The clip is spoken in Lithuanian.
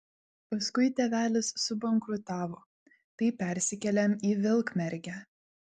paskui tėvelis subankrutavo tai persikėlėm į vilkmergę